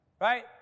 right